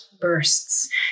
bursts